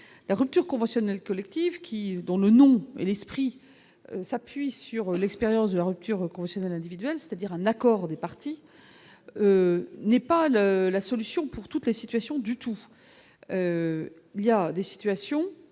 la rupture conventionnelle collective qui dont le nom et l'esprit s'appuie sur l'expérience de la rupture conventionnelle individuelle, c'est-à-dire un accord des parties n'est pas le la solution pour toutes la situation du tout. Il y a des situations